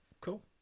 Cool